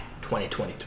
2023